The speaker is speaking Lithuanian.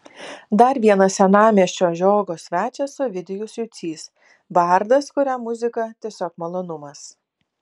dar vienas senamiesčio žiogo svečias ovidijus jucys bardas kuriam muzika tiesiog malonumas